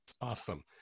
Awesome